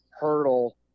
hurdle